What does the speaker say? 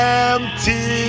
empty